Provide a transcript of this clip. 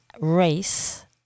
race